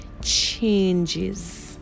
changes